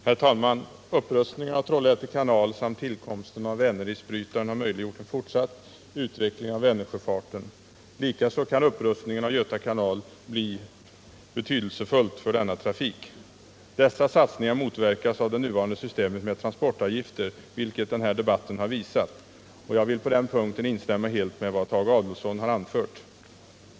Herr talman! Upprustningen av Trollhätte kanal samt tillkomsten av Vänerisbrytaren har möjliggjort en fortsatt utveckling av Vänersjöfarten. Likaså kan upprustningen av Göta kanal bli betydelsefull för denna trafik. Dessa satsningar motverkas av det nuvarande systemet med transportavgifter, vilket den här debatten har visat. Jag vill på den punkten helt instämma i vad Tage Adolfsson anför.